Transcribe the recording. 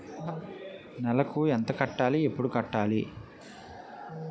నెలకు ఎంత కట్టాలి? ఎప్పుడు కట్టాలి?